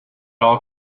all